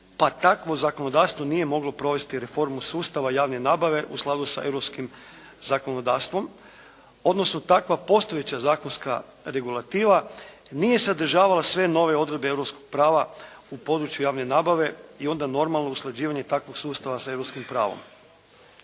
pa takvo zakonodavstvo nije moglo provesti reformu sustava javne nabave u skladu sa europskim zakonodavstvom, odnosno takva postojeća zakonska regulativa nije sadržavala sve nove odredbe europskog prava u području javne nabave i onda normalno usklađivanje takvog sustava sa europskim pravom.